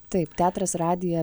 taip teatras radija